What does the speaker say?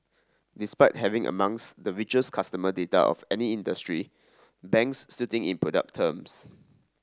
despite having amongst the richest customer data of any industry banks still in product terms